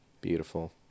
beautiful